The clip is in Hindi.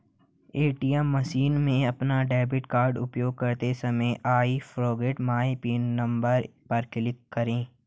ए.टी.एम मशीन में अपना डेबिट कार्ड उपयोग करते समय I forget my PIN number पर क्लिक करें